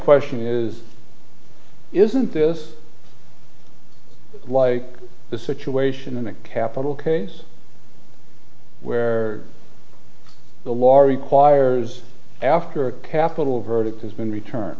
question is isn't this like the situation in the capital case where the law requires after a capital verdict has been return